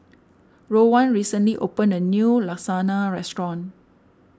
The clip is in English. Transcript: Rowan recently opened a new Lasagna restaurant